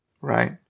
Right